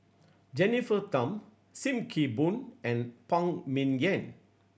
Jennifer Tham Sim Kee Boon and Phan Ming Yen